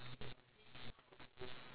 ya ya lor